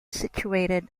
situated